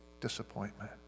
disappointment